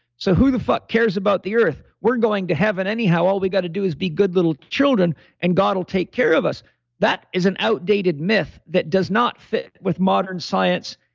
so who the cares about the earth? we're going to heaven anyhow, all we got to do is be good little children and god will take care of us that is an outdated myth that does not fit with modern science,